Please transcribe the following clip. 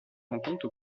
rencontre